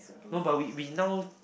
no but we we now